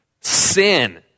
Sin